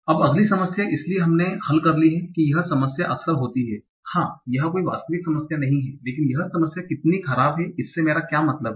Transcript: अब अगली समस्या इसलिए हमने हल कर ली है कि यह समस्या अक्सर होती है हाँ यह कोई वास्तविक समस्या नहीं है लेकिन यह समस्या कितनी खराब है इससे मेरा क्या मतलब है